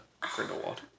Grindelwald